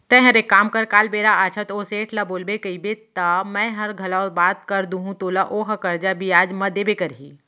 तैंहर एक काम कर काल बेरा आछत ओ सेठ ल बोलबे कइबे त मैंहर घलौ बात कर दूहूं तोला ओहा करजा बियाज म देबे करही